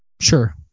Sure